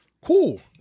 Cool